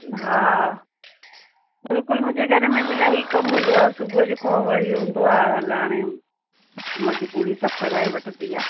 हा बिल्कुलु मुंहिंजे घर में बि इलाही कम हूंदो आहे सुबुह जंहिंखां वरी हूंदो आहे हल हाणे मजबूरी सभु कराए वठंदी आहे